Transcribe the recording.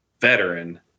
veteran